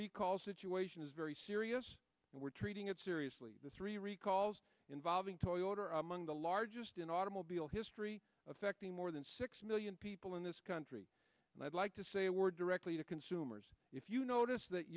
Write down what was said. recall situation is very serious and we're treating it seriously the three recalls involving toyota are among the largest in automobile history affecting more than six million people in this country and i'd like to say a word directly to consumers if you notice that